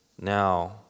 now